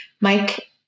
Mike